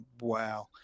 Wow